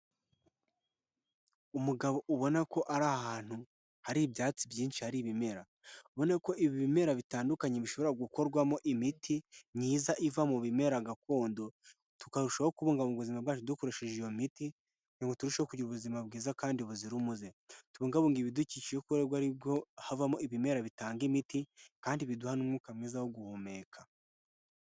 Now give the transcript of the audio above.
Umugabo ubona ko ari ahantu hari ibyatsi byinshi hari ibimera. Ubone ko ibi bimera bitandukanye bishobora gukorwamo imiti myiza iva mu bimera gakondo tukarushaho kubungabunga ubuzima bwacu dukoresheje iyo miti, kugira ngo turuho kugira ubuzima bwiza kandi buzira umuze. Tubungabunga ibidukije kubera ko ari bwo havamo ibimera bitanga imiti kandi biduha n'umwuka mwiza wo guhumeka.